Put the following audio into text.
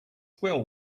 swell